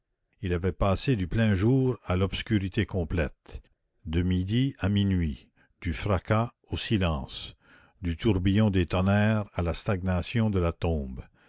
il avait passé du plein jour à l'obscurité complète de midi à minuit du fracas au silence du tourbillon des tonnerres à la stagnation de la tombe